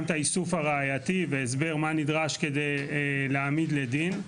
את האיסוף הראייתי והסבר מה נדרש כדי להעמיד לדין.